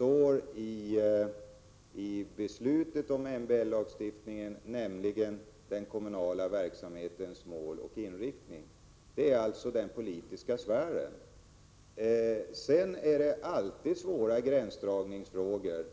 är omnämnt i beslutet om MBL-lagstiftningen, nämligen den kommunala verksamhetens mål och inriktning — den politiska sfären. Sedan är det alltid svåra gränsdragningsfrågor.